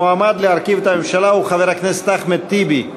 המועמד להרכיב את הממשלה הוא חבר הכנסת אחמד טיבי.